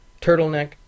turtleneck